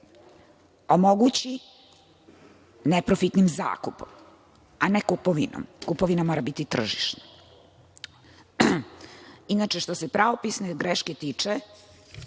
omogući neprofitnim zakupom, a ne kupovinom. Kupovina mora biti tržišna. Inače, što se pravopisne greške tiče,